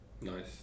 Nice